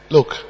Look